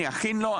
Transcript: אני אכין לו.